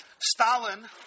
Stalin